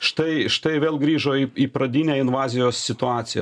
štai štai vėl grįžo į į pradinę invazijos situaciją